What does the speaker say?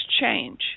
change